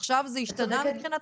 עכשיו זה השתנה מבחינתכם?